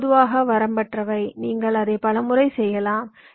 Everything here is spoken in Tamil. இது பொதுவாக வரம்பற்றவை நீங்கள் அதை பல முறை செய்யலாம்